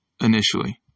initially